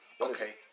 Okay